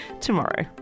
tomorrow